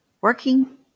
working